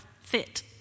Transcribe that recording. fit